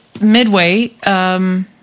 midway